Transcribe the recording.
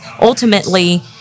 Ultimately